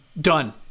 done